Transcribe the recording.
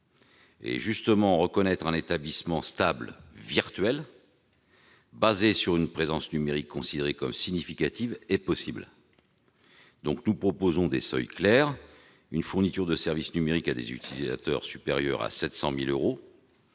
inopérantes. Reconnaître un établissement stable virtuel, basé sur une présence numérique considérée comme significative, est possible. Nous proposons des seuils clairs : une fourniture de services numériques à des utilisateurs supérieure à 7 000 000 euros